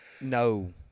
No